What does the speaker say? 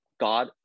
God